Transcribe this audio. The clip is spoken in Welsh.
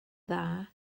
dda